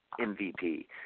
MVP